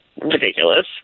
ridiculous